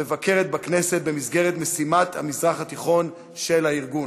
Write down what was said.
המבקרת בכנסת במסגרת משימת המזרח התיכון של הארגון.